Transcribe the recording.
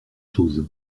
chose